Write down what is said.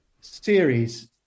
series